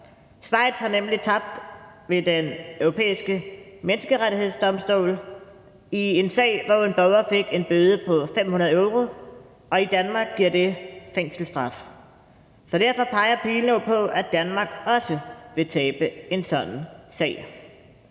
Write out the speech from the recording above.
Schweiz har nemlig tabt ved Den Europæiske Menneskerettighedsdomstol i en sag, hvor en borger fik en bøde på 500 euro; i Danmark giver det fængselsstraf. Derfor peger pilen jo på, at Danmark også vil tabe en sådan sag.